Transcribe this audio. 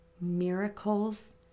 Miracles